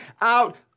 out